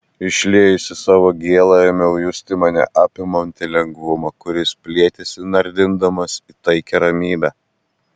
išliejusi savo gėlą ėmiau justi mane apimantį lengvumą kuris plėtėsi nardindamas į taikią ramybę